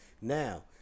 now